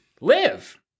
Live